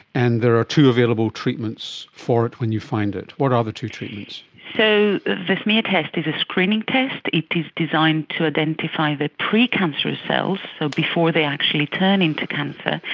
and there are two available treatments for it when you find it. what are the two treatments? so the smear test is a screening test, it is designed to identify the precancerous cells, so before they actually turn into cancer,